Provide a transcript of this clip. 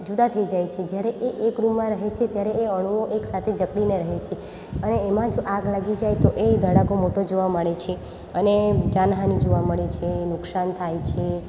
જુદાં થઇ જાય છે જ્યારે તે એક રૂમમાં રહે છે ત્યારે એ અણુઓ એક સાથે જકડીને રહે છે અને એમાં જ આગ લાગી જાય તો એ ધડાકો મોટો જોવા મળે છે અને જાનહાનિ જોવા મળે છે નુક્સાન થાય છે